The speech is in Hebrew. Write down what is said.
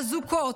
אזוקות,